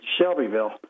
Shelbyville